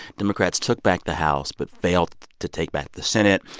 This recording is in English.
democrats took back the house but failed to take back the senate.